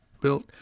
built